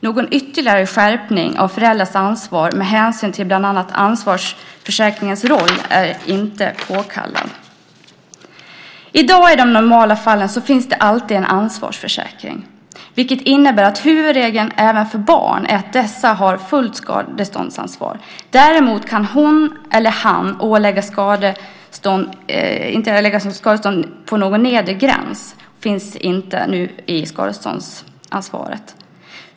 Någon ytterligare skärpning av föräldrars ansvar med hänsyn till bland annat ansvarsförsäkringens roll är inte påkallad. I de normala fallen finns i dag alltid en ansvarsförsäkring. Det innebär att huvudregeln även för barn är att dessa har fullt skadeståndsansvar. Däremot kan hon eller han inte åläggas skadestånd med en lägre gräns. Det finns inte nu i skadeståndsanvaret.